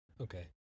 okay